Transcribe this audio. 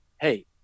Hey